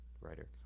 writer